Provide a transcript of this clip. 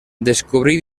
descobrí